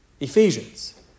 Ephesians